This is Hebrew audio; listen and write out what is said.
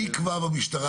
מי יקבע במשטרה?